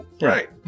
Right